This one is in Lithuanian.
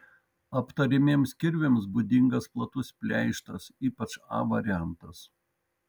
aptariamiems kirviams būdingas platus pleištas ypač a variantas